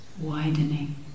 widening